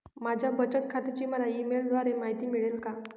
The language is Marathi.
माझ्या बचत खात्याची मला ई मेलद्वारे माहिती मिळेल का?